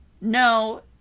No